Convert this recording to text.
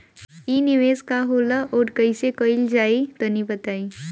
इ निवेस का होला अउर कइसे कइल जाई तनि बताईं?